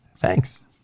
Thanks